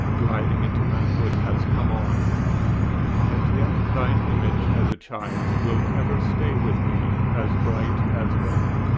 gliding into manhood, has come on and yet thine image, as a child, will ever stay with me, as bright as when,